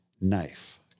knife